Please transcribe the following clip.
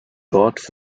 dort